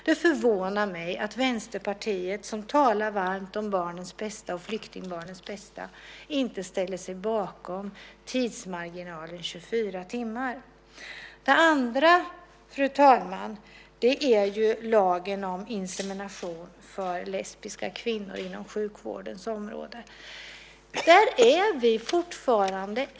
Det förvånar mig att Vänsterpartiet, som talar varmt om barnens bästa och till flyktingbarnens bästa, inte ställer sig bakom tidsmarginalen 24 timmar. Det andra jag vill ta upp, fru talman, är lagen om insemination inom sjukvårdens område för lesbiska kvinnor.